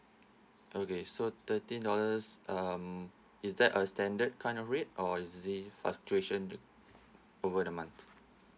okay so thirteen dollars um is that a standard kind of rate or is it fluctuation over the month